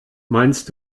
meinst